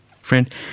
Friend